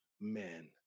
men